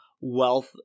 wealth